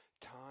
time